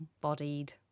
bodied